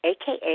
aka